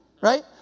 right